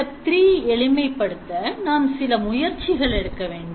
Step 3 எளிமைப்படுத்த நாம் சில முயற்சிகள் எடுக்க வேண்டும்